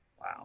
Wow